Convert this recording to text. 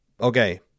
Okay